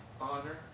honor